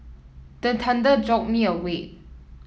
the thunder jolt me awake